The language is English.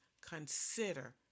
consider